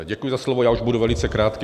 Děkuji za slovo, já už budu velice krátký.